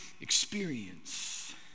experience